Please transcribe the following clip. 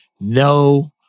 no